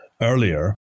earlier